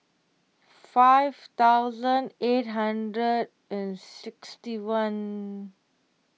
five thousand eight hundred and sixty one